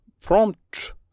prompt